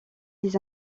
les